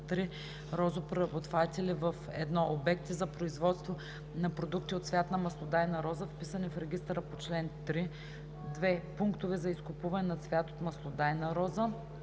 3 розопреработватели във: 1. обекти за производство на продукти от цвят на маслодайна роза, вписани в регистъра по чл. 3; 2. пунктове за изкупуване на цвят от маслодайна роза.